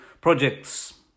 projects